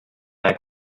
leg